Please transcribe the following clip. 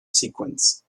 sequence